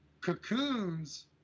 Cocoons